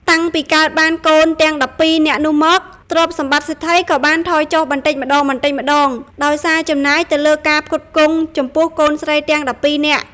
តាំងពីកើតបានកូនទាំង១២នាក់នោះមក ទ្រព្យសម្បត្តិសេដ្ឋីក៏បានថយចុះបន្តិចម្តងៗ ដោយសារចំណាយទៅលើការផ្គត់ផ្គង់ចំពោះកូនស្រីទាំង ១២នាក់។